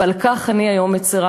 ועל כך אני היום מצרה.